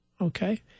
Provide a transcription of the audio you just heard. Okay